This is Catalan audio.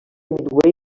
midway